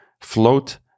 Float